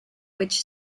which